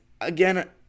again